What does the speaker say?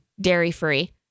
dairy-free